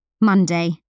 Monday